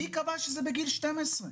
מי קבע שזה בגיל 12?